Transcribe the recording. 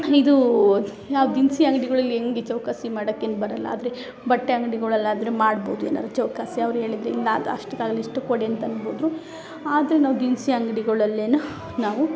ಇದೂ ಯಾವ ದಿನಸಿ ಅಂಗಡಿಗಳಲ್ಲಿ ಹೆಂಗೆ ಚೌಕಾಸಿ ಮಾಡೋಕೇನ್ ಬರೋಲ್ಲ ಆದರೆ ಬಟ್ಟೆ ಅಂಗಡಿಗಳಲ್ಲಾದ್ರೆ ಮಾಡ್ಬೌದು ಏನಾರು ಚೌಕಾಸಿ ಅವ್ರು ಹೇಳಿದ್ ಇಲ್ಲ ಅದು ಅಷ್ಟಕ್ಕೆ ಆಗಲ್ಲ ಇಷ್ಟಕ್ಕೆ ಕೊಡಿ ಅಂತ ಅನ್ಬೌದು ಆದರು ನಾವು ದಿನಸಿ ಅಂಗಡಿಗಳಲ್ಲೆ ನಾವು